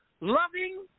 loving